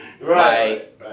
Right